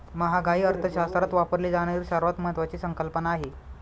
महागाई अर्थशास्त्रात वापरली जाणारी सर्वात महत्वाची संकल्पना आहे